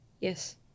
Yes